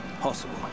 possible